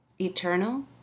Eternal